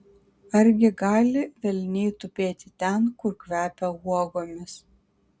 argi gali velniai tupėti ten kur kvepia uogomis